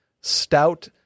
Stout